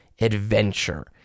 adventure